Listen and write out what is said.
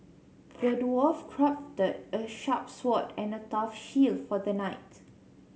the dwarf crafted a sharp sword and a tough shield for the knight